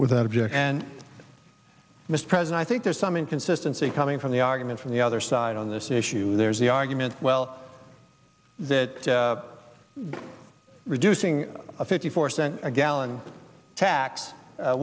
without objection mr president i think there's some inconsistency coming from the argument from the other side on this issue there's the argument well that reducing a fifty four cent a gallon tax